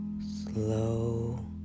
slow